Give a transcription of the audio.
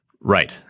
Right